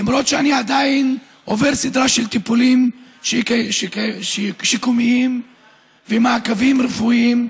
למרות שאני עדיין עובר סדרה של טיפולים שיקומיים ומעקבים רפואיים,